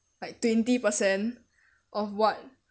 like twenty percent of what